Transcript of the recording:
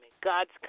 God's